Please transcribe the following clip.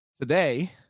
today